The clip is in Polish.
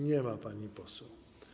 Nie ma pani poseł.